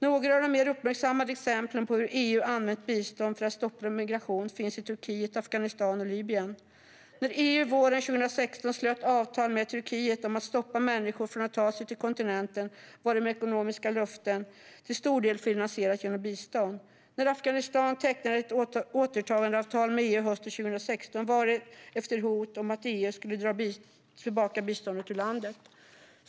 Några av de mer uppmärksammade exemplen på hur EU har använt bistånd för att stoppa migration finns i Turkiet, Afghanistan och Libyen. När EU våren 2016 slöt avtal med Turkiet om att stoppa människor från att ta sig till kontinenten var det med ekonomiska löften till stor finansierade genom bistånd. När Afghanistan tecknade ett återtagandeavtal med EU hösten 2016 var det efter hot om att EU skulle dra tillbaka biståndet ur landet.